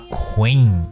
queen